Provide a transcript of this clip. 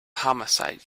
homicide